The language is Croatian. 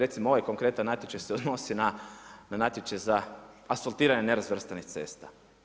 Recimo ovaj konkretan natječaj se odnosi na natječaj za asfaltiranje nerazvrstanih cesta.